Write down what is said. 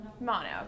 Mono